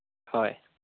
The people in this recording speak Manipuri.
ꯍꯣꯏ